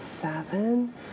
seven